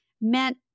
meant